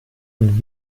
und